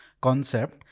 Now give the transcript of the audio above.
concept